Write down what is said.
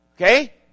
Okay